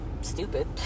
stupid